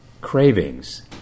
cravings